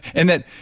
and that,